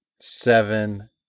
seven